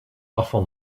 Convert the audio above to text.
afval